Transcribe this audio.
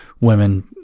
women